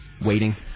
waiting